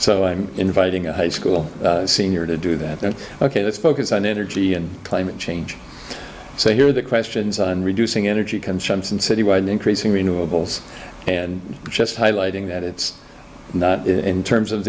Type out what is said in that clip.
so i'm inviting a high school senior to do that ok let's focus on energy and climate change so here are the questions on reducing energy consumption citywide increasing renewables and just highlighting that it's not in terms of